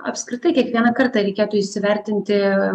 apskritai kiekvieną kartą reikėtų įsivertinti